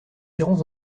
irons